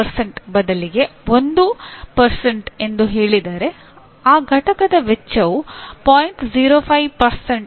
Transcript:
05 ಬದಲಿಗೆ 1 ಎಂದು ಹೇಳಿದರೆ ಆ ಘಟಕದ ವೆಚ್ಚವು 0